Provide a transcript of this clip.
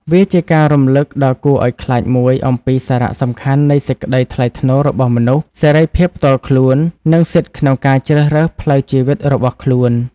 វាជាការរំលឹកដ៏គួរឱ្យខ្លាចមួយអំពីសារៈសំខាន់នៃសេចក្តីថ្លៃថ្នូររបស់មនុស្ស សេរីភាពផ្ទាល់ខ្លួន និងសិទ្ធិក្នុងការជ្រើសរើសផ្លូវជីវិតរបស់ខ្លួន។